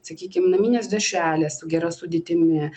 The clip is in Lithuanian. sakykim naminės dešrelės su gera sudėtimi